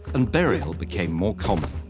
and burial became more common.